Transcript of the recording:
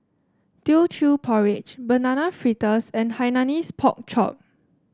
Teochew Porridge Banana Fritters and Hainanese Pork Chop